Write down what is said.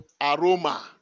Aroma